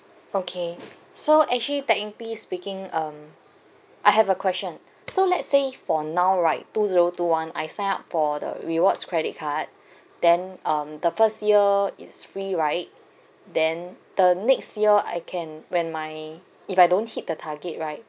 okay so actually technically speaking um I have a question so let's say for now right two zero two one I sign up for the rewards credit card then um the first year it's free right then the next year I can when my if I don't hit the target right